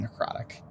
necrotic